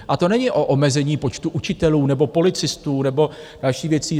A to není o omezení počtu učitelů nebo policistů nebo dalších věcí.